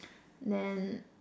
then